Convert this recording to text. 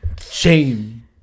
Shame